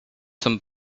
some